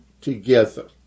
together